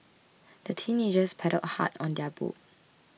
the teenagers paddled hard on their boat